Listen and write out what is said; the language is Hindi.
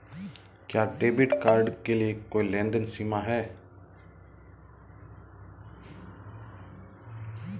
क्या डेबिट कार्ड के लिए कोई लेनदेन सीमा है?